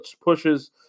pushes